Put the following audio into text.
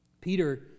Peter